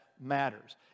matters